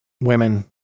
women